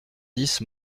dix